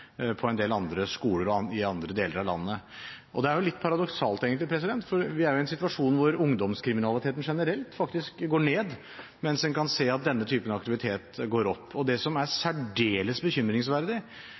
skoler i andre deler av landet. Det er egentlig litt paradoksalt, for vi er i en situasjon hvor ungdomskriminaliteten generelt faktisk går ned, mens en kan se at denne typen aktiviteter går opp. Det som er